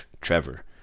Trevor